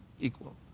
equal